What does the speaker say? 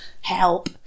Help